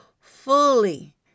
fully